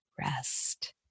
rest